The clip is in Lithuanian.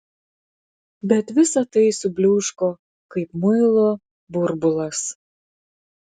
bet visa tai subliūško kaip muilo burbulas